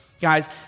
Guys